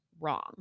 wrong